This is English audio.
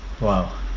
Wow